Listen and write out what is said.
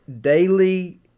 daily